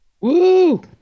Woo